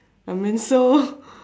I mean so